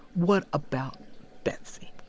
what about betsey?